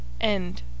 End